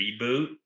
reboot